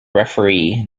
referee